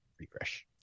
refresh